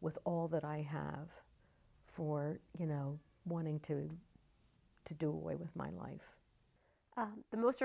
with all that i have for you know wanting to to do away with my life the most